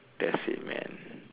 that's it man